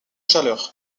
chaleur